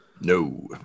No